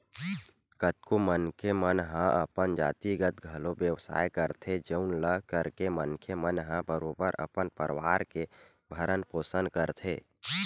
कतको मनखे मन हा अपन जातिगत घलो बेवसाय करथे जउन ल करके मनखे मन ह बरोबर अपन परवार के भरन पोसन करथे